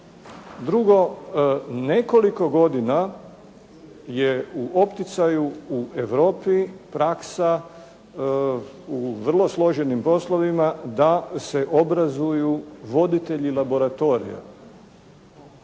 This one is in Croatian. Drugo, nekoliko godina je u opticaju u Europi praksa u vrlo složenim poslovima da se obrazuju voditelji laboratorija.